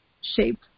shape